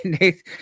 Nate